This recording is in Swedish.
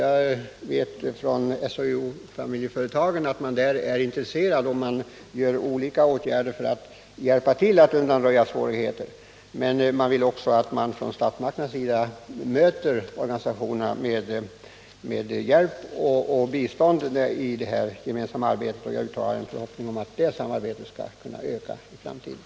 Jag vet att åtminstone SHIO-Familjeföretagen är intresserade av att göra det, och man vidtar där olika åtgärder för att undanröja svårigheter, men man vill då också att statsmakterna skall gå organisationerna till mötes med hjälp och bistånd i detta gemensamma arbete. Jag vill uttala en förhoppning om att det samarbetet skall kunna öka i framtiden.